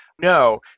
No